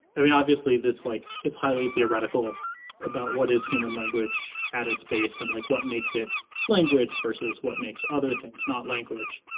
i mean, obviously that's like it's highly theoretical about what is human language at its base, and like, what makes it language versus what makes other things not language,